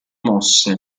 mosse